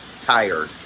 tired